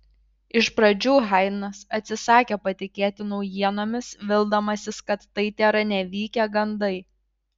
iš pradžių haidnas atsisakė patikėti naujienomis vildamasis kad tai tėra nevykę gandai